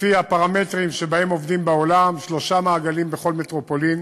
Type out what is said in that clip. לפי הפרמטרים שבהם עובדים בעולם: שלושה מעגלים בכל מטרופולין.